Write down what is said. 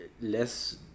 Les